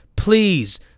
Please